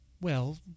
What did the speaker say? Well